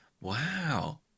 Wow